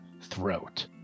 throat